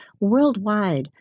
worldwide